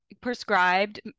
prescribed